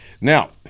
Now